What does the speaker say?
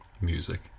music